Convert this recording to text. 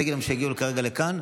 תגידי להם שיגיעו כרגע לכאן.